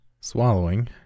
Swallowing